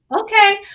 okay